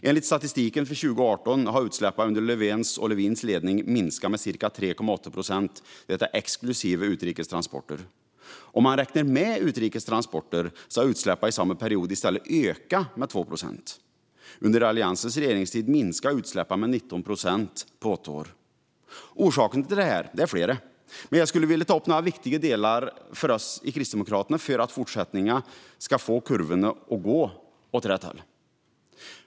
Enligt statistiken för 2018 har utsläppen under Löfvens och Lövins ledning minskat med ca 3,8 procent - detta exklusive utrikes transporter. Om man räknar med utrikes transporter har utsläppen i samma period i stället ökat med 2 procent. Under Alliansens regeringstid minskade utsläppen med 19 procent på åtta år. Orsakerna till detta är flera, men jag skulle här vilja ta upp några viktiga delar för oss i Kristdemokraterna för att vi i fortsättningen ska få kurvorna att gå åt rätt håll.